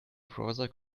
browser